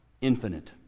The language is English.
infinite